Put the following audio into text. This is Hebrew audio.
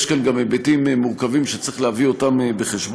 יש כאן גם היבטים מורכבים שצריך להביא בחשבון.